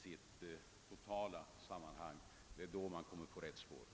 Det är då man kommer på rätt spår.